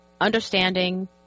understanding